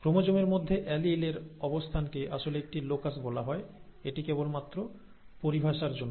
ক্রোমোজোমের মধ্যে অ্যালিল এর অবস্থানকে আসলে একটি লোকাস বলা হয় এটি কেবলমাত্র পরিভাষার জন্য